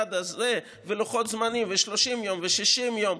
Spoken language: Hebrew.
למשרד הזה, ולוחות זמנים, ו-30 יום ו-60 יום?